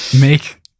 Make